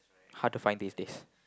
hard to find these days